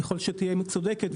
ככל שתהיה צודקת,